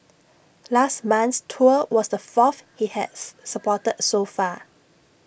last month's tour was the fourth he has supported so far